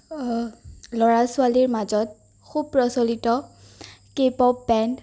ল'ৰা ছোৱালীৰ মাজত সুপ্ৰচলিত কে পপ বেণ্ড